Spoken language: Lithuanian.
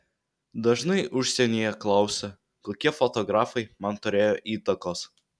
dažnai užsienyje klausia kokie fotografai man turėjo įtakos